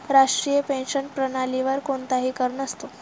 राष्ट्रीय पेन्शन प्रणालीवर कोणताही कर नसतो